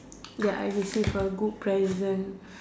ya I receive a good present